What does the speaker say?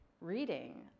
reading